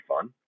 fun